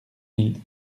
mille